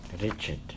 Richard